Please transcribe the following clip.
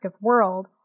world